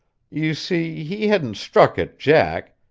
you see, he hadn't struck at jack,